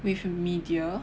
with media